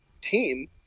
team